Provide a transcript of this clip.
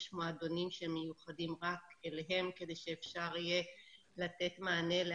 יש מועדונים שמיוחדים רק להם כדי שאפשר יהיה לתת מענה של